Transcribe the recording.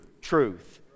truth